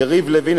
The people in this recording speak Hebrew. יריב לוין,